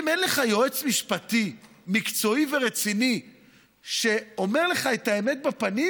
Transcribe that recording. אם אין לך יועץ משפטי מקצועי ורציני שאומר לך את האמת בפנים,